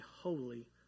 holy